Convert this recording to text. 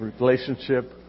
relationship